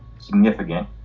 significant